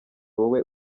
wowe